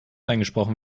eingesprochen